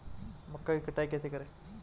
मक्का की कटाई कैसे करें?